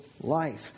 life